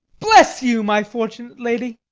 bless you, my fortunate lady!